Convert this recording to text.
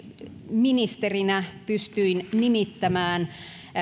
ministerinä pystyin nimittämään